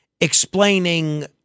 explaining